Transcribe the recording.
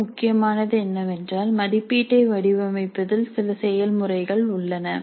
மிக முக்கியமானது என்னவென்றால் மதிப்பீட்டை வடிவமைப்பதில் சில செயல்முறைகள் உள்ளன